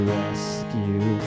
rescue